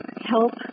help